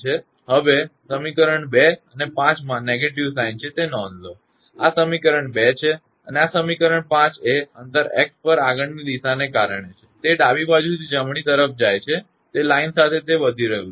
હવે સમીકરણ 2 અને 5 માં નેગેટીવ સાઇન છે તે નોંધ લો આ સમીકરણ 2 છે અને આ સમીકરણ 5 એ અંતર x પર આગળની દિશાને કારણે છે તે ડાબી બાજુથી જમણી તરફ જાય છે તે લાઇનની સાથે તે વધી રહયું છે